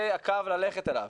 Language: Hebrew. זה הקו ללכת אליו,